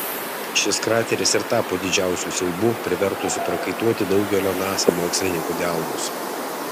šis krateris ir tapo didžiausiu siaubu privertusiu prakaituoti daugelio nasa mokslininkų delnus